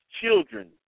children